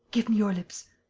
give me your lips.